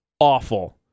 awful